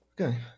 Okay